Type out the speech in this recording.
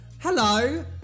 hello